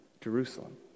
Jerusalem